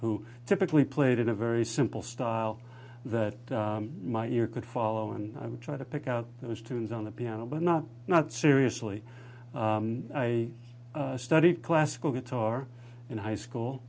who typically played in a very simple style that my ear could follow and try to pick out those tunes on the piano but not not seriously i studied classical guitar in high school